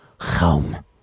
home